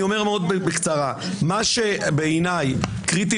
אני אומר מאוד בקצרה: מה שבעיניי קריטי